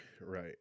Right